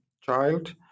child